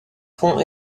fonds